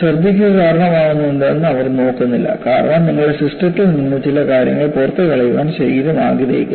ഛർദ്ദിക്ക് കാരണമാകുന്നതെന്താണെന്ന് അവർ നോക്കുന്നില്ല കാരണം നിങ്ങളുടെ സിസ്റ്റത്തിൽ നിന്ന് ചില കാര്യങ്ങൾ പുറത്തുകളയാൻ ശരീരം ആഗ്രഹിക്കുന്നു